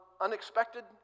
unexpected